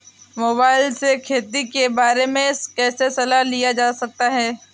Mobile से खेती के बारे कैसे सलाह लिया जा सकता है?